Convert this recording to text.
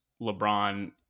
LeBron